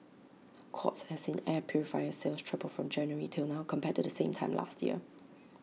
courts has seen air purifier sales triple from January till now compared to the same time last year